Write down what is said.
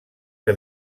que